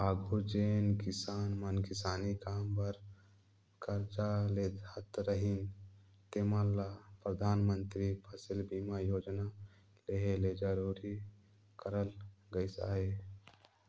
आघु जेन किसान मन किसानी काम बर करजा लेहत रहिन तेमन ल परधानमंतरी फसिल बीमा योजना लेहे ले जरूरी करल गइस अहे